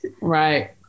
Right